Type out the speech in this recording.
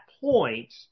point